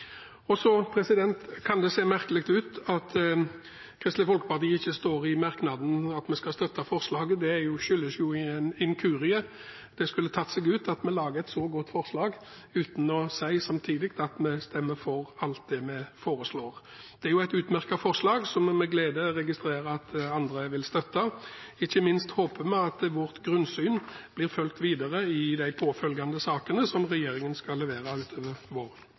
Så kan det se merkelig ut at det ikke står i merknaden at Kristelig Folkeparti skal støtte forslaget. Det skyldes en inkurie. Det skulle tatt seg ut at vi lager et så godt forslag uten samtidig å si at vi stemmer for alt det vi foreslår. Det er jo et utmerket forslag, som vi med glede registrerer at andre vil støtte. Ikke minst håper vi at vårt grunnsyn blir fulgt videre i de påfølgende sakene som regjeringen skal levere utover våren.